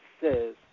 says